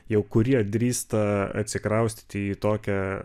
jau kurie drįsta atsikraustyti į tokią